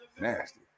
nasty